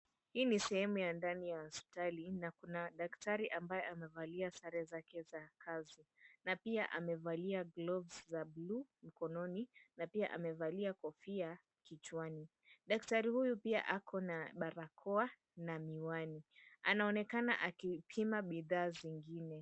Hii ni sehemu ya ndani ya hospitali, na kuna daktari ambaye amevalia sare zake za kazi, na pia amevalia gloves za blue mkononi, na pia amevalia kofia kichwani. Daktari huyu pia akona barakoa na miwani, anaona akipima bidhaa zingine.